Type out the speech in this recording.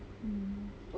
mm